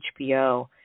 HBO